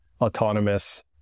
autonomous